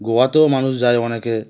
গোয়াতেও মানুষ যায় অনেকে